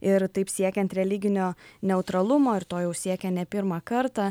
ir taip siekiant religinio neutralumo ir to jau siekia ne pirmą kartą